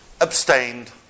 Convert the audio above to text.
abstained